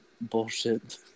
bullshit